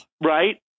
right